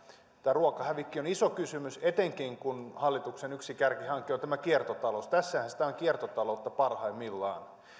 tämä ruokahävikki on iso kysymys etenkin kun hallituksen yksi kärkihanke on kiertotalous tässähän sitä on kiertotaloutta parhaimmillaan